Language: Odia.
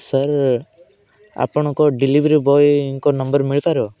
ସାର୍ ଆପଣଙ୍କ ଡେଲିଭରି ବୟଙ୍କ ନମ୍ବର ମିଳିପାରିବ